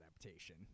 adaptation